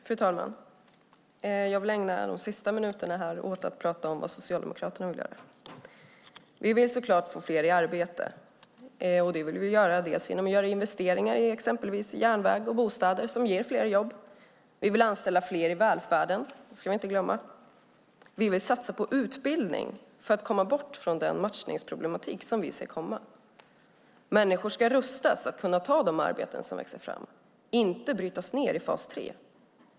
Fru talman! Jag vill ägna de sista minuterna åt att prata om vad Socialdemokraterna vill göra. Vi vill så klart få fler i arbete. Det vill vi göra bland annat genom att göra investeringar i exempelvis järnvägar och bostäder som ger fler jobb. Vi vill anställa fler i välfärden. Det ska vi inte glömma. Vi vill satsa på utbildning för att komma bort från den matchningsproblematik som vi ser komma. Människor ska rustas för att kunna ta de arbeten som växer fram och inte brytas ned i fas 3.